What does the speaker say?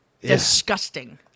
Disgusting